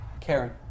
Karen